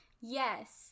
Yes